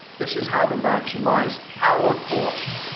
this is how to maximize our cost,